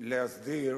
להסדיר